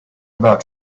about